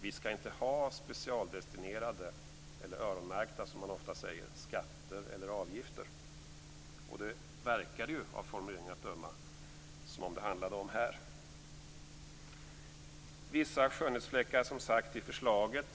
Vi skall inte ha specialdestinerade eller, som man ofta säger, öronmärkta skatter eller avgifter, och det verkar ju av formuleringen att döma som om det här handlade om det. Det är, som sagt, vissa skönhetsfläckar i förslaget.